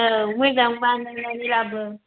औ मोजां बानायनानै लाबो